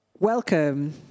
Welcome